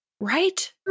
Right